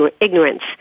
ignorance